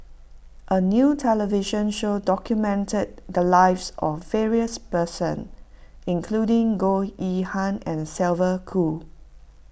a new television show documented the lives of various person including Goh Yihan and Sylvia Kho